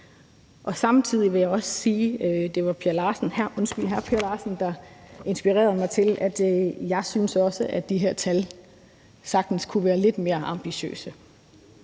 Samtidig vil jeg også sige – det var hr. Per Larsen, der inspirerede mig – at jeg også synes, at de her tal sagtens kunne være lidt mere ambitiøse.